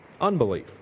Unbelief